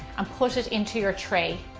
and put it into your tray.